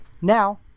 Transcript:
Now